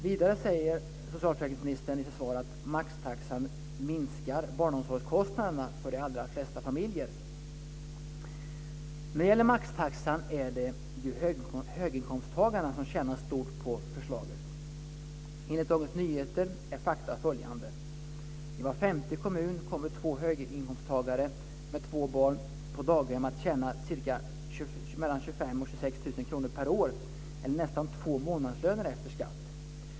Vidare i sitt svar säger socialförsäkringsministern att maxtaxan minskar barnomsorgskostnaderna för de allra flesta barnfamiljer. När det gäller maxtaxan är det ju höginkomsttagarna som tjänar stort på förslaget. Enligt Dagens Nyheter är fakta följande: I var femte kommun kommer två höginkomsttagare med två barn på daghem att tjäna mellan 25 000 och 26 000 kr per år eller nästan två månadslöner efter skatt.